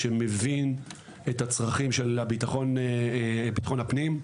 שמבין את הצרכים של ביטחון הפנים.